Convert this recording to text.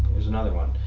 here's another one,